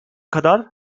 kadar